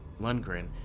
Lundgren